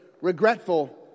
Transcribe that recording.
regretful